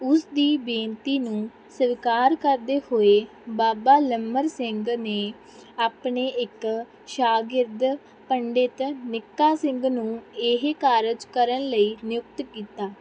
ਉਸ ਦੀ ਬੇਨਤੀ ਨੂੰ ਸਵੀਕਾਰ ਕਰਦੇ ਹੋਏ ਬਾਬਾ ਲੰਮਰ ਸਿੰਘ ਨੇ ਆਪਣੇ ਇੱਕ ਸ਼ਾਗਿਰਦ ਪੰਡਿਤ ਨਿੱਕਾ ਸਿੰਘ ਨੂੰ ਇਹ ਕਾਰਜ ਕਰਨ ਲਈ ਨਿਯੁਕਤ ਕੀਤਾ